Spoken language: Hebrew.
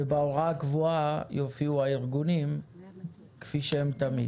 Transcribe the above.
ובהוראה הקבועה יופיעו הארגונים כפי שהם תמיד.